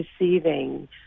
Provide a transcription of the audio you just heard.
receiving